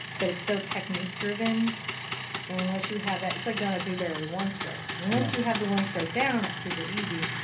but it's so technique driven. and unless you have that it's like donna dewberry. one stroke. once you have the one stroke down, it's super easy.